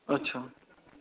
जी